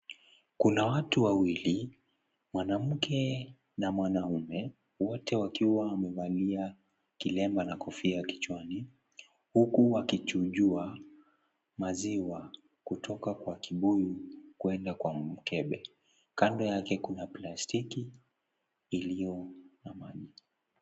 Kuna watu wawili, mwanamke na mwanaume ,wote wakiwa wamevalia kilemba na kofia kichwani ,huku wakichujua maziwa kutoka kwa kibuyu kwenda kwa mkebe. Kando yake kuna plastiki iliyo na maji.